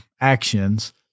actions